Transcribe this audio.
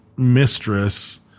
mistress